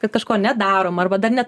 kad kažko nedarom arba dar ne